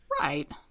Right